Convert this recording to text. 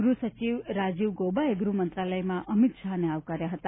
ગ્રહ સચિવ રાજીવ ગૌબાએ ગ્રહમંત્રાલયમાં અમિત શાહને આવકાર્યા હતા